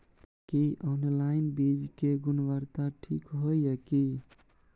की online बीज के गुणवत्ता ठीक होय ये की?